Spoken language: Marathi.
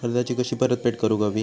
कर्जाची कशी परतफेड करूक हवी?